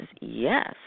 Yes